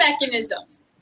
mechanisms